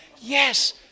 Yes